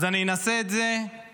אז אני אנסה את זה מפה,